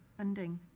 funding,